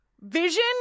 vision